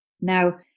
Now